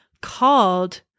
called